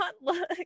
look